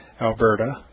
Alberta